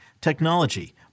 technology